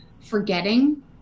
forgetting